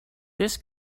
this